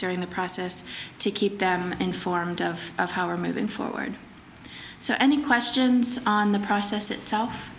during the process to keep them informed of our moving forward so any questions on the process itself